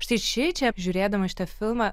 štai šičia apžiūrėdamas šitą filmą